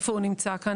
איפה הוא נמצא כאן?